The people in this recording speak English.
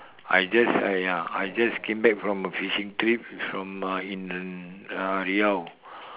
I just uh ya I just came back from a fishing trip from uh in uh riau